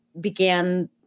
began